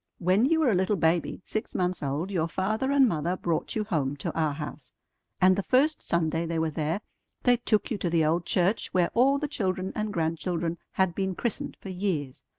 when you were a little baby six months old, your father and mother brought you home to our house and the first sunday they were there they took you to the old church where all the children and grandchildren had been christened for years,